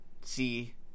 see